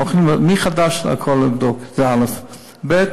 הולכים מחדש הכול לבדוק, ב.